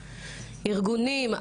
ארגונים,